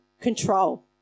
control